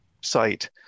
site